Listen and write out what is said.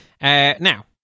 Now